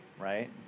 Right